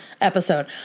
episode